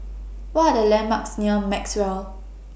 What Are The landmarks near Maxwell